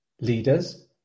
leaders